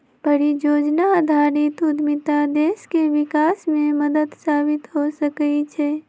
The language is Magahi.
परिजोजना आधारित उद्यमिता देश के विकास में मदद साबित हो सकइ छै